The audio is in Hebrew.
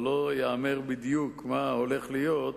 או לא ייאמר בדיוק מה הולך להיות,